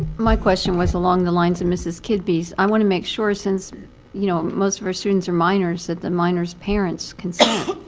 my question was along the lines of mrs. kidby's. i want to make sure, since you know most of our students are minors, that the minor's parents consent